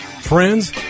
Friends